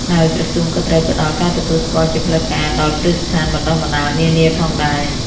ហើយក្រសួងក៏ត្រូវផ្តល់ ការទទួលស្គាល់ជាផ្លូវការ ដល់គ្រឹះស្ថានបណ្តុះបណ្តាលនានាផងដែរ។